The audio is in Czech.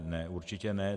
Ne, určitě ne.